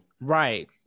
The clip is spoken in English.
Right